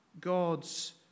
God's